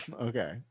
okay